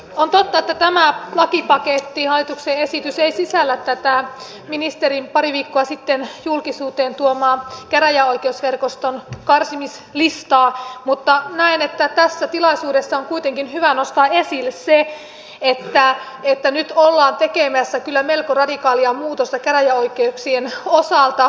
on totta että tämä lakipaketti hallituksen esitys ei sisällä tätä ministerin pari viikkoa sitten julkisuuteen tuomaa käräjäoikeusverkoston karsimislistaa mutta näen että tässä tilaisuudessa on kuitenkin hyvä nostaa esille se että nyt ollaan tekemässä kyllä melko radikaalia muutosta käräjäoikeuksien osalta